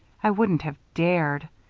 i wouldn't have dared.